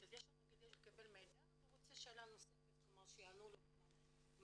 --- כדי לקבל מידע והוא רוצה שאלה נוספת כלומר שיענו לו --- אני